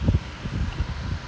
or thing right before you came